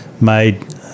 made